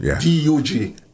D-U-G